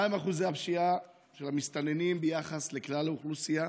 ברצוני לשאול: 1. מהם אחוזי הפשיעה של המסתננים ביחס לכלל האוכלוסייה?